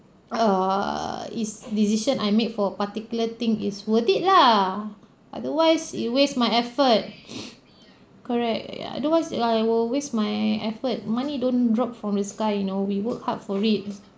err it's decision I made for a particular thing is worth it lah otherwise you waste my effort correct ya otherwise I will waste my effort money don't drop from the sky you know we work hard for it